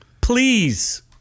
please